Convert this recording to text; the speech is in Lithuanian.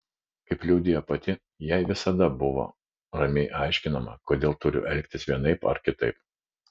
kaip liudija pati jai visada būdavo ramiai aiškinama kodėl turiu elgtis vienaip ar kitaip